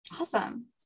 Awesome